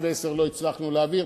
את 2010 לא הצלחנו להעביר,